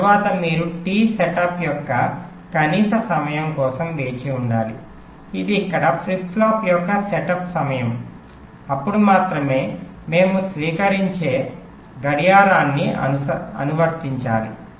తరువాత మీరు T setup యొక్క కనీస సమయం కోసం వేచి ఉండాలి ఇది ఇక్కడ ఫ్లిప్ ఫ్లాప్ యొక్క సెటప్ సమయం అప్పుడు మాత్రమే మనము స్వీకరించే గడియారాన్ని అనువర్తించాలి